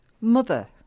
mother